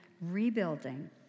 rebuilding